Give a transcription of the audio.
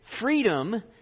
freedom